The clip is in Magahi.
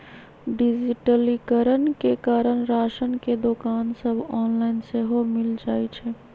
डिजिटलीकरण के कारण राशन के दोकान सभ ऑनलाइन सेहो मिल जाइ छइ